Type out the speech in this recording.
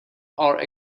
are